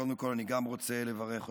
קודם כול גם אני רוצה לברך אותך.